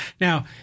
Now